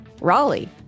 Raleigh